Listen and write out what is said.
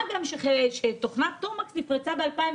מה גם שתוכנת תומקס נפרצה ב-2017.